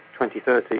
2030